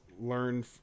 learn